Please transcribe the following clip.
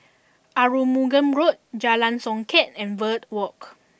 Arumugam Road Jalan Songket and Verde Walk